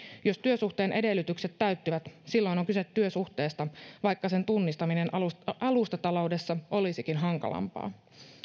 jos työsuhteen edellytykset täyttyvät silloin on kyse työsuhteesta vaikka sen tunnistaminen alustataloudessa olisikin hankalampaa